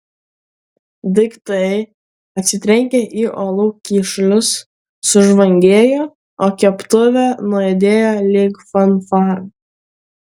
daiktai atsitrenkę į uolų kyšulius sužvangėjo o keptuvė nuaidėjo lyg fanfara